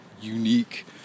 unique